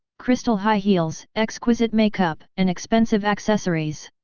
crystal high heels, exquisite makeup and expensive accessories.